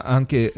anche